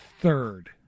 third